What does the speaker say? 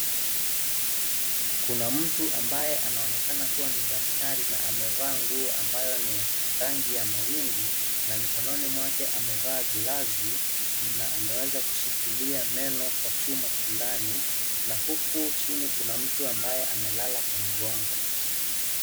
Kuna mtu ambaye anaonekana kuwa ni daktari na amevaa nguo ambayo ni ya rangi ya mawingu na mikononi mwake amevaa glavsi na ameweza kushikilia Meno kwa chuma fulani na huku chini kuna mtu ambaye amelala kwa mgongo.